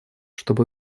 чтобы